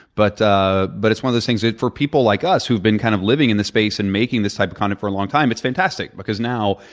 but ah but it's one of those things for people like us who have been kind of living in the space and making this type of content for a long time, it's fantastic because, now,